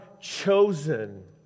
chosen